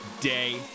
day